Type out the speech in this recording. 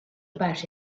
about